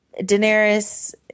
Daenerys